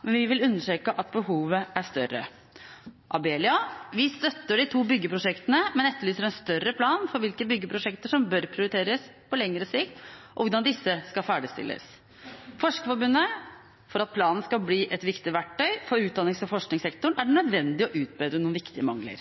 men vi vil understreke at behovet er større.» Abelia uttalte: «Vi støtter de to byggeprosjektene, men etterlyser en større plan for hvilke byggeprosjekter som bør prioriteres på lengre sikt og hvordan disse skal ferdigstilles.» Forskerforbundet uttalte: «For at den fremlagte planen skal kunne bli et viktig verktøy for utdannings- og forskningssektoren er det nødvendig å utbedre noen viktige mangler.»